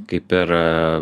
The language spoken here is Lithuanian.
kaip ir